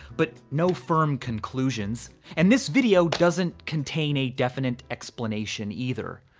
but no firm conclusions and this video doesn't contain a definite explanation either.